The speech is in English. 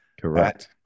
correct